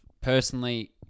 personally